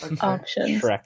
options